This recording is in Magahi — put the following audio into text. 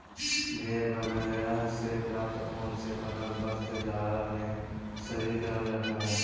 भेड़ बगैरह से प्राप्त ऊन से बनल वस्त्र जाड़ा में शरीर गरम रखऽ हई